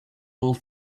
little